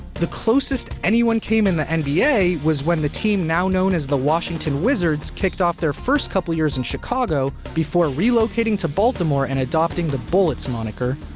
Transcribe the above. the closest anyone came in the and nba was when the team now known as the washington wizards kicked off their first couple years in chicago before relocating to baltimore and adopting the bullets moniker,